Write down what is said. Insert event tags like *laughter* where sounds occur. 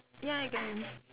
ya I can *noise*